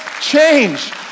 change